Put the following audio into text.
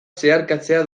zeharkatzea